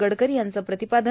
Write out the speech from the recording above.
गडकरी यांच प्रतिपादन